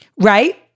right